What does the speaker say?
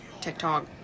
TikTok